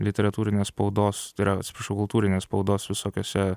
literatūrinės spaudos tai yra atsiprašau kultūrinės spaudos visokiuose